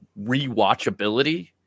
rewatchability